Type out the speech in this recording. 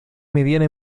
mediana